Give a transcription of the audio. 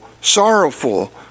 sorrowful